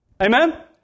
Amen